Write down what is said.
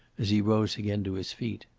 as he rose again to his feet.